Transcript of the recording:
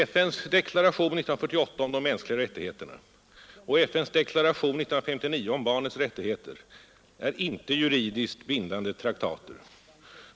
FN:s deklaration 1948 om de mänskliga rättigheterna och FN:s deklaration 1959 om barnets rättigheter är inte juridiskt bindande traktater.